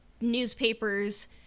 newspapers